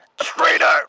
traitor